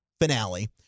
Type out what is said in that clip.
finale